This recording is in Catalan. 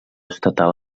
estatal